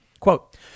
Quote